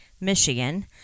Michigan